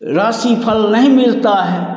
राशिफल नहीं मिलता है